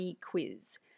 quiz